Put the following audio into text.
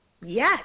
Yes